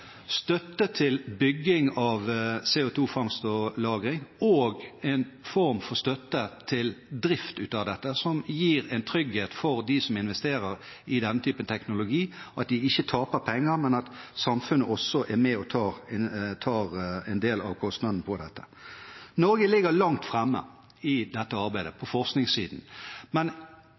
en form for støtte til drift av dette som gir en trygghet for dem som investerer i denne typen teknologi, slik at de ikke taper penger, men at samfunnet også er med og tar en del av kostnadene med dette. Norge ligger langt framme i dette arbeidet – på forskningssiden – men